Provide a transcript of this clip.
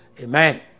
Amen